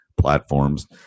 platforms